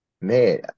man